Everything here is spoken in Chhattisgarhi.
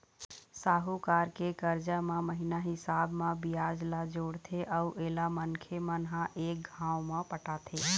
साहूकार के करजा म महिना हिसाब म बियाज ल जोड़थे अउ एला मनखे मन ह एक घांव म पटाथें